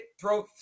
throw